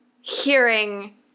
hearing